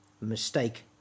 Mistake